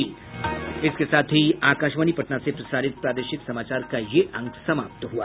इसके साथ ही आकाशवाणी पटना से प्रसारित प्रादेशिक समाचार का ये अंक समाप्त हुआ